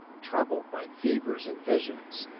troubled by fevers and visions,